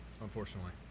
Unfortunately